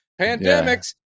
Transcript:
pandemics